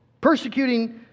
Persecuting